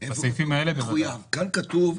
כאן כתוב,